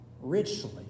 richly